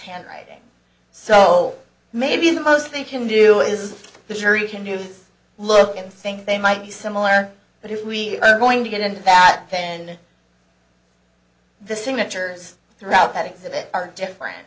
handwriting so maybe the most they can do is the jury can you look and think they might be similar but if we are going to get into that pen the signatures throughout that exhibit are different